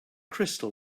crystal